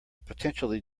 potentially